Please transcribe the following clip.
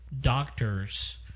doctors